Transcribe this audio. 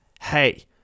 hey